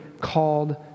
called